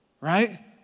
right